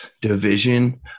division